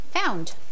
found